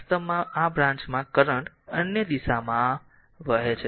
વાસ્તવમાં આ બ્રાંચમાં કરંટ અન્ય દિશામાં વહે છે